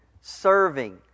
serving